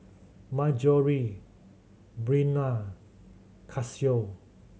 Marjorie Breonna Cassiu